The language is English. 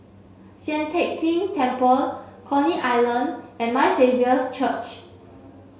Sian Teck Tng Temple Coney Island and My Saviour's Church